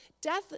death